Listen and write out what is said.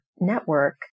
network